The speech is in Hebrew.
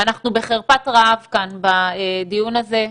אנחנו בחרפת רעב בדיון הזה.